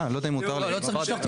אה אני לא יודע אם מותר לי.